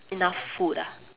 enough food ah